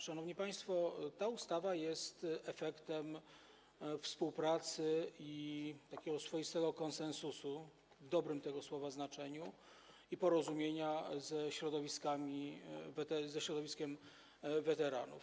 Szanowni państwo, ta ustawa jest efektem współpracy, takiego swoistego konsensusu, w dobrym tego słowa znaczeniu, i porozumienia ze środowiskiem weteranów.